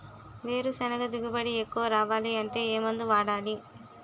వేరుసెనగ దిగుబడి ఎక్కువ రావాలి అంటే ఏ మందు వాడాలి?